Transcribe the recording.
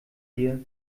dir